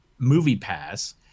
MoviePass